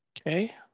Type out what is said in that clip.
Okay